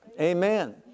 Amen